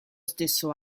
stesso